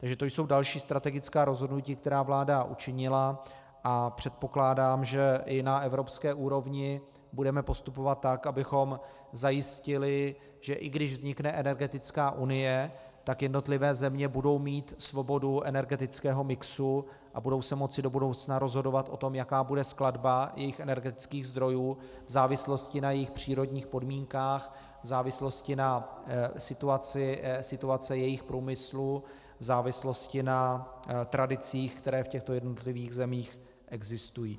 Takže to jsou další strategická rozhodnutí, která vláda učinila, a předpokládám, že i na evropské úrovni budeme postupovat tak, abychom zajistili, že i když vznikne energetická unie, tak jednotlivé země budou mít svobodu energetického mixu a budou se moci do budoucna rozhodovat o tom, jaká bude skladba jejich energetických zdrojů v závislosti na jejich přírodních podmínkách, v závislosti na situaci jejich průmyslu, v závislosti na tradicích, které v těchto jednotlivých zemích existují.